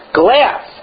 glass